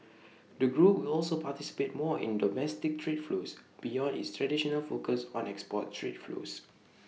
the group will also participate more in domestic trade flows beyond its traditional focus on export trade flows